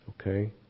Okay